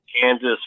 Kansas